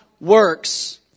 works